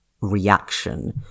reaction